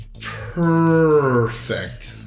perfect